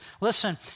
Listen